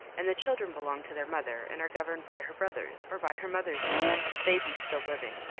and the children belong to their mother and are governed by her brothers, or by her mother's brothers if they be still living.